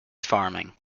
farming